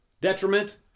Detriment